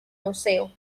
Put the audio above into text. museo